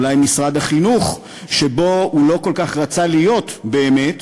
אולי משרד החינוך שבו הוא לא כל כך רצה להיות באמת,